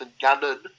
Gannon